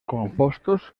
compostos